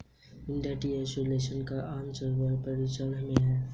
Indian tea association का branch Assam और पश्चिम बंगाल में स्थित है